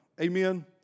Amen